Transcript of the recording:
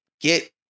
get